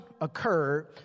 occurred